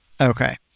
Okay